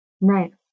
Right